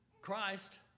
Christ